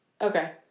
Okay